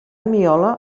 miola